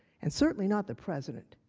and certainly not the president,